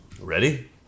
Ready